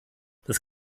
das